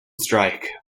strike